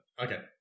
Okay